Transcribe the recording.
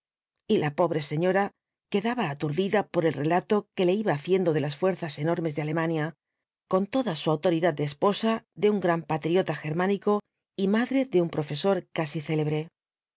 y la pobre señora quedaba atur v bijisoo ibáñbz dida por el relato que le iba haciendo de las faenüas enormes de alemania con toda su autoridad de esposa de un gran patriota germánico y madre de un profesor casi célebre